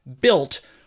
built